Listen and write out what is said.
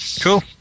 Cool